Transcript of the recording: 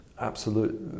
absolute